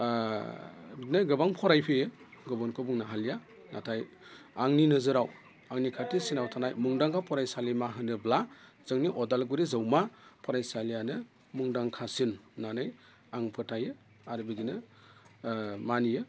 बिदिनो गोबां फरायफैयो गुबुनखौ बुंनो हालिया नाथाय आंनि नोजोराव आंनि खाथिसिनाव थानाय मुंदांखा फरायसालिमा होनोब्ला जोंनि अदालगुरि जौमा फरायसालियानो मुंदांखासिन होननानै आं फोथायो आरो बिदिनो मानियो